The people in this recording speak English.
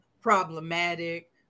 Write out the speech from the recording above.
problematic